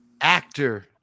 actor